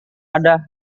ada